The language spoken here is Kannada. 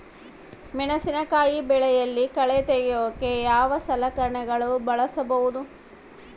ಮೆಣಸಿನಕಾಯಿ ಬೆಳೆಯಲ್ಲಿ ಕಳೆ ತೆಗಿಯೋಕೆ ಯಾವ ಸಲಕರಣೆ ಬಳಸಬಹುದು?